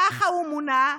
ככה הוא מונה.